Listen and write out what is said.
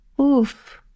Oof